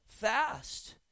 fast